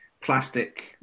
plastic